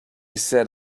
said